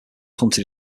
hunted